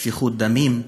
שפיכות דמים,